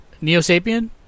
Neo-Sapien